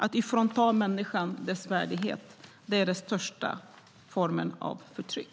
Att frånta människan hennes värdighet är den grövsta formen av förtryck.